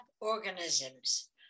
organisms